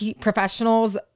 professionals